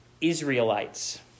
Israelites